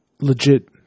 legit